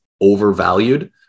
overvalued